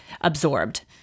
absorbed